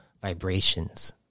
vibrations